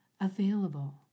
available